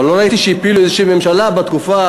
אבל לא ראיתי שהפילו איזושהי ממשלה באי-אמון,